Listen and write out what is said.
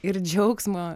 ir džiaugsmo